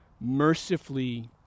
mercifully